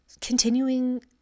continuing